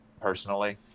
personally